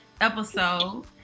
episode